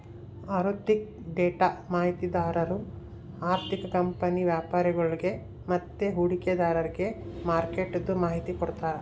ಆಋಥಿಕ ಡೇಟಾ ಮಾಹಿತಿದಾರು ಆರ್ಥಿಕ ಕಂಪನಿ ವ್ಯಾಪರಿಗುಳ್ಗೆ ಮತ್ತೆ ಹೂಡಿಕೆದಾರ್ರಿಗೆ ಮಾರ್ಕೆಟ್ದು ಮಾಹಿತಿ ಕೊಡ್ತಾರ